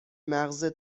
مغز